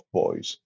boys